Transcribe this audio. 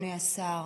אדוני השר,